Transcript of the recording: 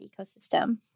ecosystem